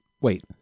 wait